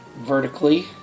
vertically